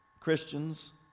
Christians